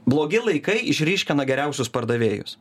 blogi laikai išryškina geriausius pardavėjus